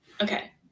Okay